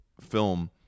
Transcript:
film